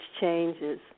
changes